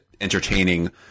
entertaining